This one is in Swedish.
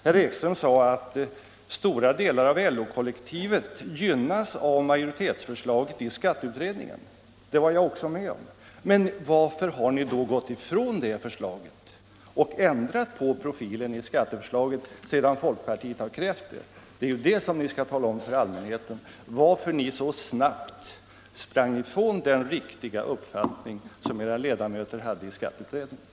Herr Ekström sade att stora delar av LO-kollektivet gynnas av majoritetsförslaget i skatteutredningen. Det var jag också med om. Men varför har ni då gått ifrån det förslaget och ändrat profilen i skatteförslaget sedan folkpartiet krävt det? Det är det ni skall tala om för allmänheten —- varför ni så snabbt sprang ifrån den riktiga uppfattning som era ledamöter hade i skatteutredningen.